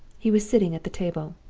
he was sitting at the table,